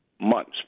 months